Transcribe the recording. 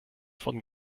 von